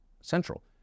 central